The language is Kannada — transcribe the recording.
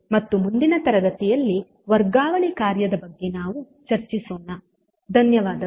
ಮತ್ತು ಮುಂದಿನ ತರಗತಿಯಲ್ಲಿ ವರ್ಗಾವಣೆ ಕಾರ್ಯದ ಬಗ್ಗೆ ನಾವು ಚರ್ಚಿಸೋಣ ಧನ್ಯವಾದಗಳು